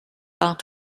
out